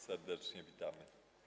Serdecznie witamy.